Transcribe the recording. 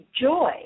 joy